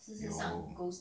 有